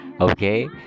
okay